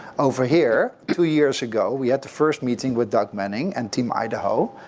over here, two years ago, we had the first meeting with doug manning and team idaho,